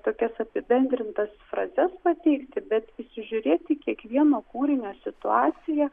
tokias apibendrintas frazes pateikti bet įsižiūrėti į kiekvieno kūrinio situaciją